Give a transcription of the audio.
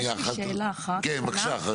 יש לי שאלה אחת -- כן, בבקשה.